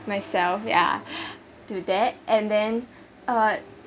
myself yeah to that and then uh